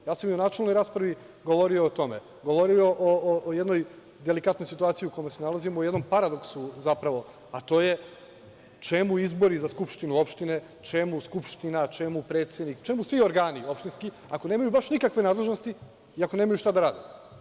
U načelnoj raspravi sam govorio o tome, govorio o jednoj delikatnoj situaciji u kojoj se nalazimo, o jednom paradoksu, zapravo, a to je - čemu izbori za skupštinu opštine, čemu skupština, čemu predsednik, čemu svi organi opštinski, ako nemaju baš nikakve nadležnosti i ako nemaju šta da rade?